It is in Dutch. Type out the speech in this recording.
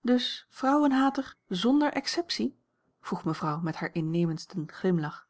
dus vrouwenhater zonder exceptie vroeg mevrouw met haar innemendsten glimlach